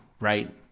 right